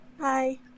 Hi